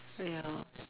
ya